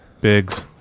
Biggs